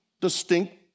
distinct